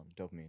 dopamine